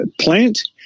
plant